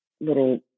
little